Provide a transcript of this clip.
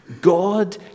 God